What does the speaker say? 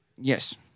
Yes